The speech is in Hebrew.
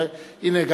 הנה,